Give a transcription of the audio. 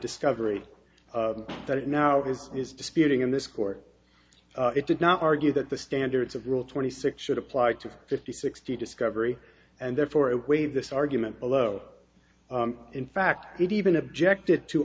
discovery that it now is disputing in this court it did not argue that the standards of rule twenty six should apply to fifty sixty discovery and therefore it waived this argument below in fact it even objected to